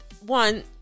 one